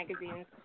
magazine's